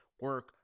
Work